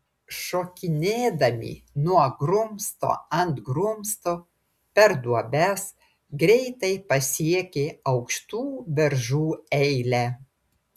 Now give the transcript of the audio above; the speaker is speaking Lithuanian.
šokinėdami nuo grumsto ant grumsto per duobes greitai pasiekė aukštų beržų eilę